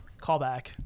Callback